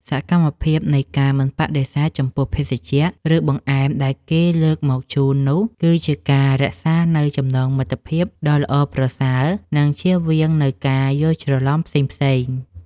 សកម្មភាពនៃការមិនបដិសេធចំពោះភេសជ្ជៈ ឬបង្អែមដែលគេលើកមកជូននោះ គឺជាការរក្សានូវចំណងមិត្តភាពដ៏ល្អប្រសើរ និងជៀសវាងនូវការយល់ច្រឡំផ្សេងៗ។